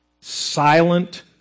Silent